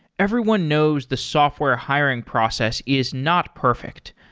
everyone knows the software hiring process is not perfect.